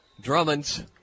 Drummonds